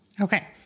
Okay